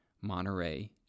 Monterey